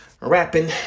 rapping